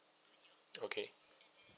okay